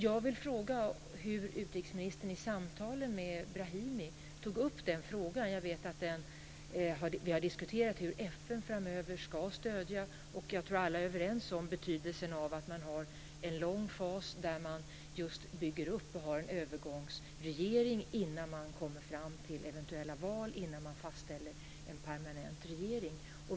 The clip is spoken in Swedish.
Jag vill då fråga hur utrikesministern i samtalen med Brahimi tog upp den frågan. Vi har diskuterat hur FN framöver ska stödja. Jag tror att alla är överens om betydelsen av att man har en lång fas där man bygger upp och har övergångsregering innan man kommer fram till eventuella val, innan man fastställer en permanent regering.